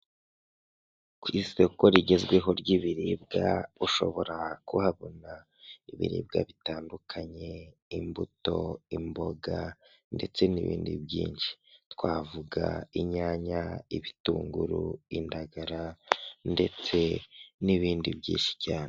Ku isoko rigezweho ry'ibiribwa ushobora kuhabona ibiribwa bitandukanye: imbuto, imboga, ndetse n'ibindi byinshi. Twavuga inyanya, ibitunguru, indagara, ndetse n'ibindi byinshi cyane.